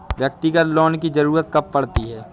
व्यक्तिगत लोन की ज़रूरत कब पड़ती है?